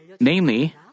Namely